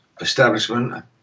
establishment